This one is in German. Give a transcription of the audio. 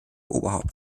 oberhaupt